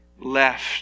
left